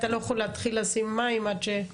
לא יכול להתחיל לשים מים עד שינותק.